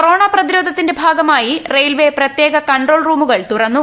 corona പ്രതിരോധനത്തിന്റെ ഭാഗമായി railway പ്രത്യേക കൺട്രോൾ റൂമുകൾ തുറന്നു